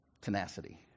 tenacity